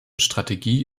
strategie